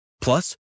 Plus